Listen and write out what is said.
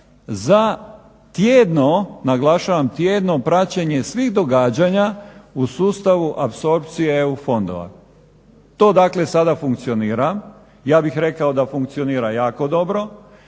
za tjedno, naglašavam tjedno praćenje svih događanja u sustavu apsorpcije EU fondova. To dakle sada funkcionira, ja bih rekao da funkcionira jako dobro.